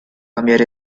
cambiar